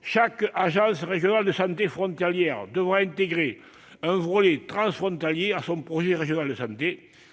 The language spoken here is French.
chaque agence régionale de santé frontalière devra intégrer un volet transfrontalier à son projet régional de santé